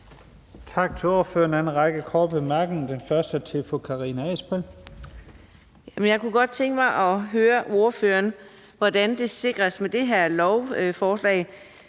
Jeg kunne godt tænke mig at høre ordføreren om, hvordan det sikres med det her lovforslag,